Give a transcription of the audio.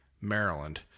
Maryland